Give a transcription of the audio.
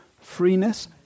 Freeness